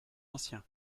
ancien